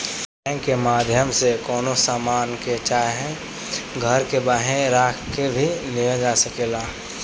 bank के माध्यम से कवनो सामान के चाहे घर के बांहे राख के भी लिहल जा सकेला